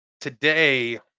today